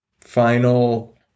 final